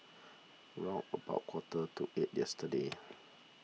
round about quarter to eight yesterday